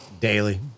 Daily